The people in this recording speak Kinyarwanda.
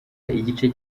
igice